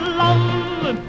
love